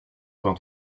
vingt